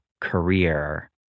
career